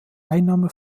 einnahme